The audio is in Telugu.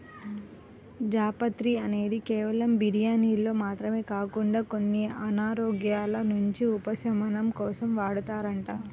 జాపత్రి అనేది కేవలం బిర్యానీల్లో మాత్రమే కాకుండా కొన్ని అనారోగ్యాల నుంచి ఉపశమనం కోసం వాడతారంట